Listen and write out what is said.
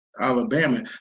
Alabama